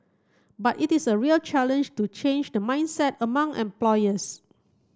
but it is a real challenge to change the mindset among employers